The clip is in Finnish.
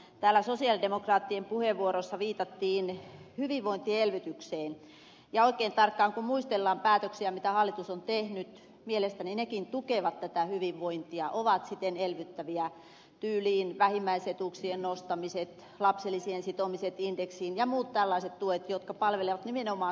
täällä sosialidemokraattien puheenvuoroissa viitattiin hyvinvointielvytykseen ja oikein tarkkaan kun muistellaan päätöksiä mitä hallitus on tehnyt mielestäni nekin tukevat tätä hyvinvointia ovat siten elvyttäviä tyyliin vähimmäisetuuksien nostamiset lapsilisien sitomiset indeksiin ja muut tällaiset tuet jotka palvelevat nimenomaan suomalaisia perheitä